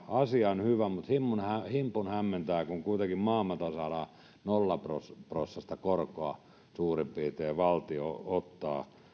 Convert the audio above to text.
asia on hyvä mutta himpun tämä hämmentää että kun kuitenkin maailmalta saadaan nollaprossaista korkoa suurin piirtein jonka valtio ottaa